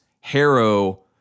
Harrow